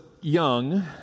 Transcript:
young